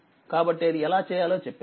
కాబట్టిఅది ఎలా చేయాలో చెప్పాను